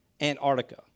Antarctica